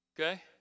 Okay